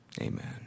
Amen